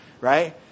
right